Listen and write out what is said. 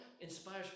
inspires